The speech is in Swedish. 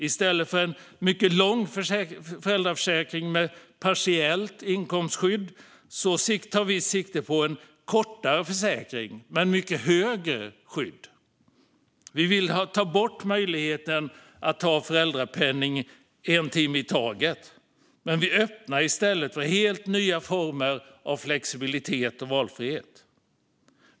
I stället för en mycket lång föräldraförsäkring med partiellt inkomstskydd tar vi sikte på en kortare försäkring med mycket bättre inkomstskydd. Vi vill ta bort möjligheten att ta ut föräldrapenning en timme i taget, men vi öppnar i stället för helt nya former av flexibilitet och valfrihet.